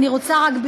אני רוצה רק,